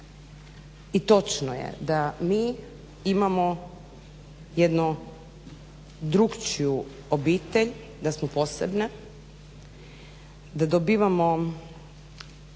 I točno je da mi imamo jedno drukčiju obitelj, da smo posebne, da dobivamo